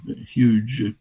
huge